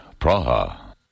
Praha